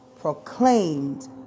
proclaimed